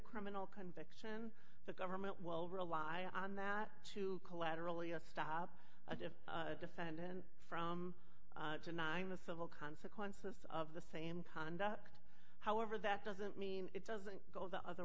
criminal conviction the government will rely on that to collaterally a stop as if a defendant from denying the civil consequences of the same conduct however that doesn't mean it doesn't go the other